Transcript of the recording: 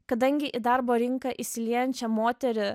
kadangi į darbo rinką įsiliejančią moterį